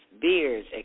beers